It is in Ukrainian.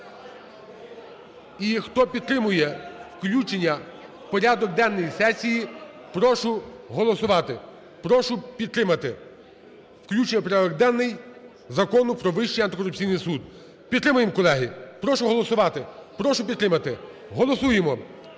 І хто підтримує включення у порядок денний сесії, прошу голосувати. Прошу підтримати включення в порядок денний Закону про Вищий антикорупційний суд. Підтримаємо, колеги, прошу голосувати, прошу підтримати. Голосуємо